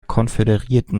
konföderierten